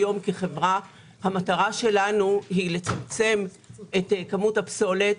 המטרה שלנו כחברה היא לצמצם את כמות הפסולת,